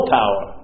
power